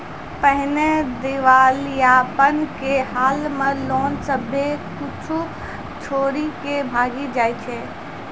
पहिने दिबालियापन के हाल मे लोग सभ्भे कुछो छोरी के भागी जाय रहै